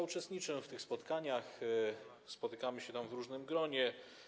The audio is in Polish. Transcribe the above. Uczestniczę w tych spotkaniach, spotykamy się tam w różnym gronie.